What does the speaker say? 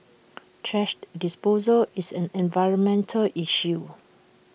thrash disposal is an environmental issue